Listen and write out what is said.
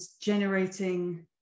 generating